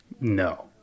No